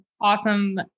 awesome